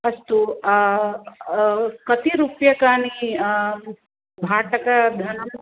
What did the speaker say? अस्तु कति रूप्यकाणि भाटकधनम्